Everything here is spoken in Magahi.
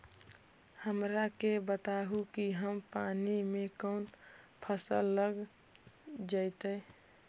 हमरा के बताहु कि कम पानी में कौन फसल लग जैतइ?